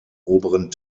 oberen